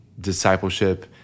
discipleship